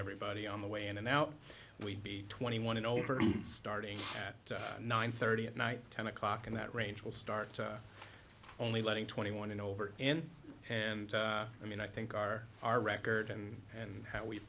everybody on the way in and out we'd be twenty one and over starting at nine thirty at night ten o'clock and that range will start only letting twenty one and over and and i mean i think our our record and and how we